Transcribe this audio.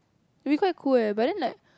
it'll be quite cool leh but then like